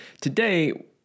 today